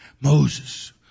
Moses